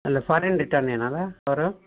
ಅಲ್ಲ foreign return ಏನೋ ಅಲ್ಲಾ ಅವರು